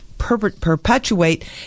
perpetuate